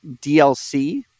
DLC